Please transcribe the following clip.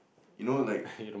you know like